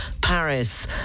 Paris